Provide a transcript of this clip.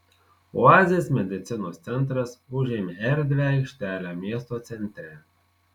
oazės medicinos centras užėmė erdvią aikštelę miesto centre